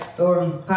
Stories